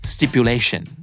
Stipulation